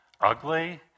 ugly